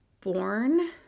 born